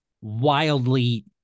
wildly